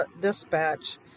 dispatch